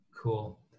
Cool